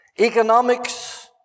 economics